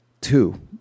two